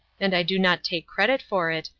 and i do not take credit for it,